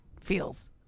feels